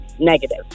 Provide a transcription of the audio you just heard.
negative